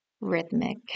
rhythmic